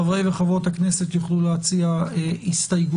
חברי וחברות הכנסת יוכלו להציע הסתייגויות.